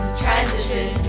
transition